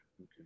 Okay